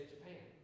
Japan